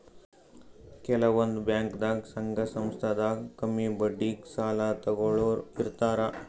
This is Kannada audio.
ಕೆಲವ್ ಬ್ಯಾಂಕ್ದಾಗ್ ಸಂಘ ಸಂಸ್ಥಾದಾಗ್ ಕಮ್ಮಿ ಬಡ್ಡಿಗ್ ಸಾಲ ತಗೋಳೋರ್ ಇರ್ತಾರ